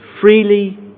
freely